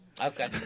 Okay